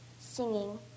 singing